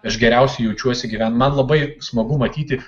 aš geriausiai jaučiuosi gyven man labai smagu matyti